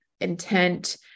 intent